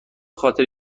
خاطر